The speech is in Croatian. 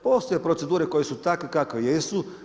Postoje procedure koje su takve kakve jesu.